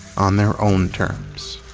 on their own terms.